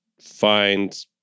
find